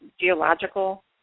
geological